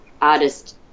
artist